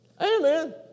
Amen